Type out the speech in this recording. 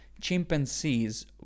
chimpanzees